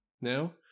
now